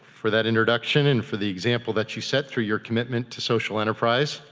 for that introduction and for the example that you set through your commitment to social enterprise.